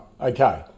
Okay